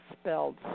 spelled